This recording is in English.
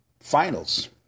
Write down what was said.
Finals